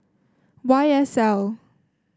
Y S L